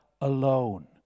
alone